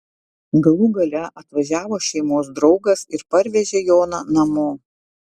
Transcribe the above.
galų gale atvažiavo šeimos draugas ir parvežė joną namo